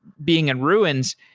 being in ruins.